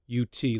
UT